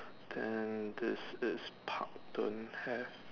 then this this park don't have